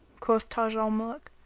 quoth taj al-muluk,